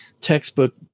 textbook